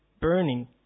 burning